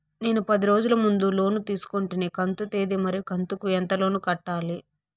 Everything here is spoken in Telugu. నేను పది రోజుల ముందు లోను తీసుకొంటిని కంతు తేది మరియు కంతు కు ఎంత లోను కట్టాలి?